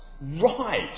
Right